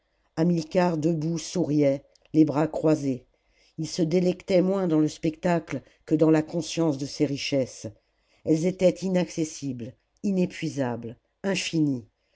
hamilcar debout souriait les bras croisés et il se délectait moins dan's le spectacle que dans la conscience de ses richesses elles étaient inaccessibles inépuisables infinies